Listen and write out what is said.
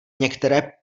některé